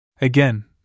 Again